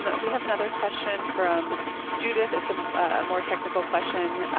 and we have another question from judith. it's a more technical question.